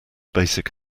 basic